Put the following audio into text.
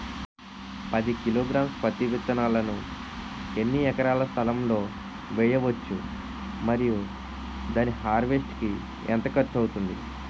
పది కిలోగ్రామ్స్ పత్తి విత్తనాలను ఎన్ని ఎకరాల స్థలం లొ వేయవచ్చు? మరియు దాని హార్వెస్ట్ కి ఎంత ఖర్చు అవుతుంది?